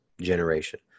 generation